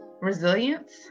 resilience